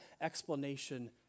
explanation